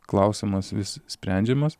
klausimas vis sprendžiamas